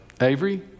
Avery